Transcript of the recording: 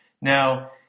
Now